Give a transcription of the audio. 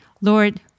Lord